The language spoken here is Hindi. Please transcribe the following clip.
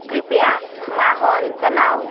कृपया माहौल बनाओ